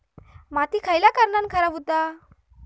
माती खयल्या कारणान खराब हुता?